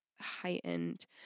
heightened